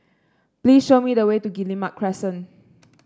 please show me the way to Guillemard Crescent